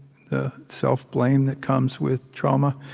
the self-blame that comes with trauma.